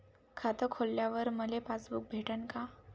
खातं खोलल्यावर मले पासबुक भेटन का?